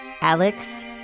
Alex